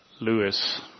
Lewis